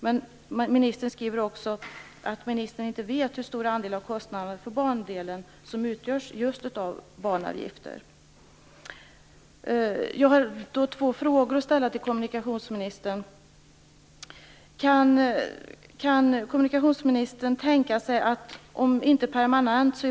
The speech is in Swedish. Men ministern skriver också att ministern inte vet hur stor andel av kostnaderna för bandelen som utgörs av just av banavgifter. Jag har två frågor att ställa till kommunikationsministern.